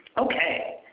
okay,